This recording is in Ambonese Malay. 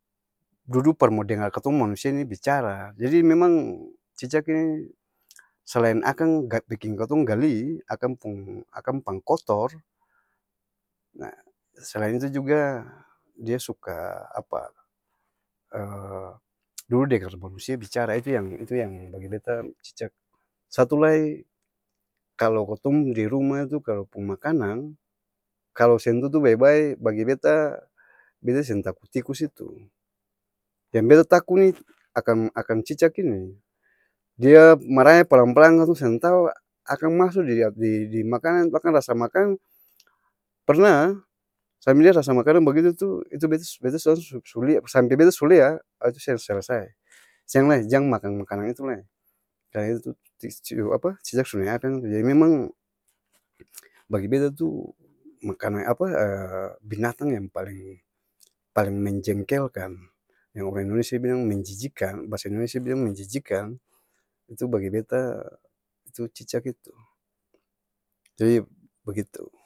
Dudu par mo dengar katong manusia ni bicara, jadi memang cicak ni selain akang biking katong gali, akang pung akang pangkotor, selain itu juga dia suka apa? dudu dengar manusia bicara, itu yang itu yang bagi beta cicak, satu lai kalo katong di rumah tu kalo pung makanang, kalo seng tutu bae-bae bagi beta, beta seng taku tikus itu, deng beta taku ni, akang akang-cicak ini, dia maraya palang-palang katong seng tau akang maso di di-makanang akang rasa makanang, parnah sampe dia su rasa makanang bagitu tu, itu bet su beta su lia, sampe beta su lia, ha itu se selesai seng lai jang makang makanang itu lai kaya nya itu apa? Cicak su nae akang tu, jadi memang bagi beta tu, makanang apa? binatang yang paleng paleng menjengkelkan, yang orang indonesia bilang menjijikkan, bahasa indonesia bilang menjijikkan, itu bagi beta, itu cicak itu, jadi begitu.